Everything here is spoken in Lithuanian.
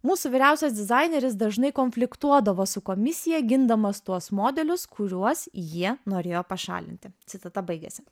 mūsų vyriausias dizaineris dažnai konfliktuodavo su komisija gindamas tuos modelius kuriuos jie norėjo pašalinti citata baigėsi